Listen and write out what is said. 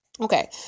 Okay